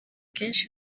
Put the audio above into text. kenshi